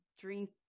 drink